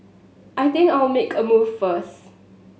I think I'll make a move first